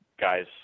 guys